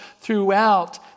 throughout